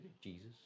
Jesus